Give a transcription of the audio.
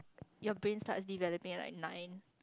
your brain starts developing like nine